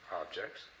objects